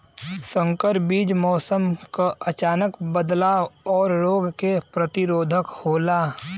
संकर बीज मौसम क अचानक बदलाव और रोग के प्रतिरोधक होला